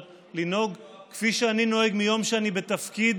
לנהוג כפי שאני נוהג מיום שאני בתפקיד